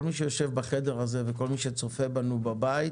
כל מי שיושב בחדר הזה וכל מי שצופה בנו בבית,